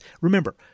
remember